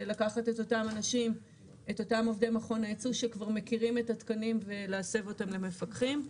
לקחת את אותם עובדי המכון שכבר מכירים את התקנים ולהסב אותם למפקחים.